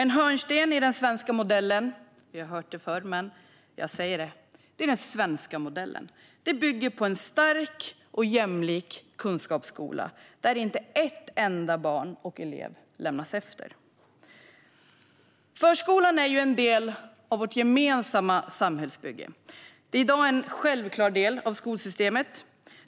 En hörnsten i den svenska modellen - vi har hört det förr, men jag säger det igen - är en stark och jämlik kunskapsskola där inte ett enda barn och inte en enda elev får lämnas efter. Förskolan är ju en del av vårt gemensamma samhällsbygge. Den är i dag en självklar del av skolsystemet.